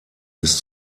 ist